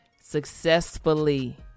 successfully